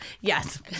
Yes